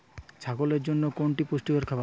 ছাগলের জন্য কোনটি পুষ্টিকর খাবার?